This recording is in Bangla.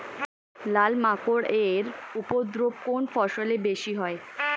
লাল মাকড় এর উপদ্রব কোন ফসলে বেশি হয়?